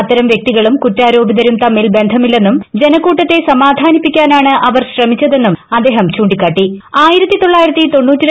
അത്തരം വ്യക്തികളും കുറ്റാരോപിതരും തമ്മിൽ ബന്ധമില്ലെന്നും ജനക്കൂട്ടത്തെ സമാധാനിപ്പിക്കാനാണ് അവർ ശ്രമിച്ചതെന്നും അദ്ദേഹം ചൂണ്ടിക്കാട്ടി